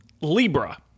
Libra